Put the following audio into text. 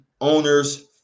owner's